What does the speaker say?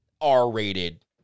R-rated